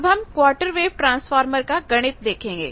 अब हम quarter wave transformer का गणित देखेंगे